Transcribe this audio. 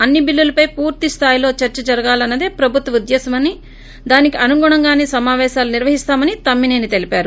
అన్ని బిల్లులపై పూర్తి స్థాయిలో చర్చ జరగాలన్న దే ప్రభుత్వ ఉద్దేశ్యమని దానికే అనుగుణంగానే సమావేశాలు నిర్వహిస్తామని తమ్మినేని తెలిపారు